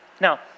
Now